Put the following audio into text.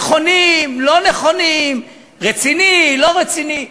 נכונים, לא נכונים, רציני, לא רציני,